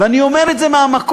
ואני אומר את זה מהמקום